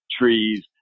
trees